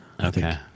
Okay